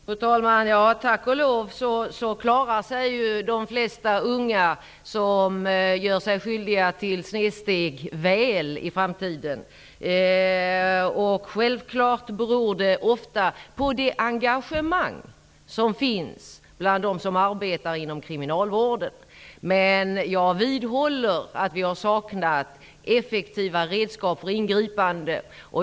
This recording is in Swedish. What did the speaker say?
Fru talman! Ja, tack och lov så klarar sig de flesta unga som gör sig skyldiga till snedsteg väl i framtiden. Självklart beror det ofta på det engagemang som finns bland dem som arbetar inom kriminalvården. Men jag vidhåller att vi har saknat effektiva redskap för ingripanden.